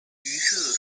于是